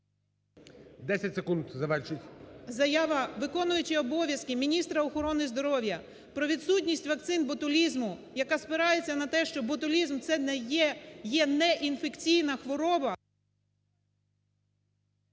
БОГОМОЛЕЦЬ О.В. Заява виконуючої обов'язки міністра охорони здоров'я про відсутність вакцин ботулізму, яка спирається на те, що ботулізм це не є… є не інфекційна хвороба…